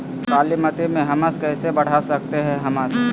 कालीमती में हमस कैसे बढ़ा सकते हैं हमस?